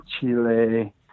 Chile